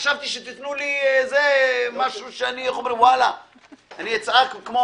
חשבתי שתיתנו לי משהו שאני אצעק כמו